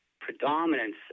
predominance